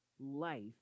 life